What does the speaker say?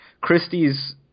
Christie's